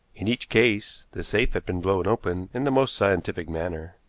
in each case the safe had been blown open in the most scientific manner,